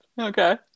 Okay